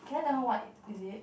can I tell out what is it